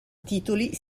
titoli